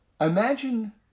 Imagine